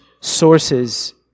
sources